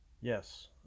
Yes